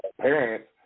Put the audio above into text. parents